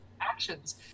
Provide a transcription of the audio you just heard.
actions